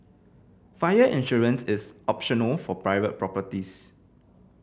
fire insurance is optional for private properties